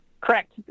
Correct